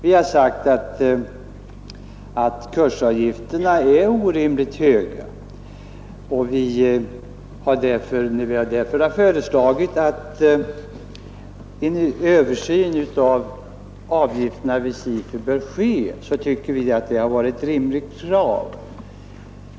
Vi har sagt att kursavgifterna är orimligt höga, och när vi därför föreslår att en översyn av avgifterna vid SIFU skall ske, tycker vi att det är ett rimligt krav.